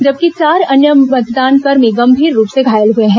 जबकि चार अन्य मतदान कर्मी गंभीर रुप से घायल हुए हैं